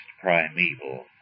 primeval